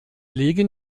legen